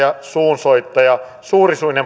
suunsoittajaa suurisuista